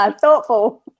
Thoughtful